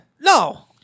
No